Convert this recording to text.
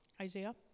isaiah